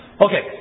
Okay